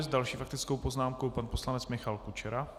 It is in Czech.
S další faktickou poznámkou pan poslanec Michal Kučera.